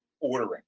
ordering